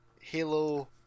Halo